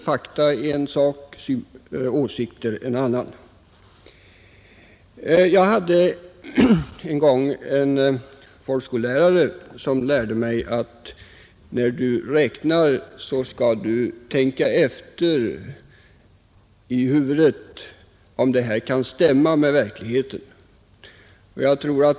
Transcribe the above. Fakta är en sak, åsikter en annan, Jag hade en gång en folkskollärare som sade till mig, att när du räknar skall du tänka efter om det här kan stämma med verkligheten.